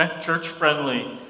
church-friendly